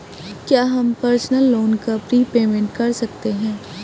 क्या हम personal loan का प्रीपेमेंट कर सकते हैं?